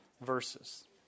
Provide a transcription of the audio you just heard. verses